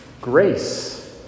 grace